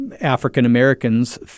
African-Americans